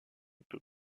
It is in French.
peut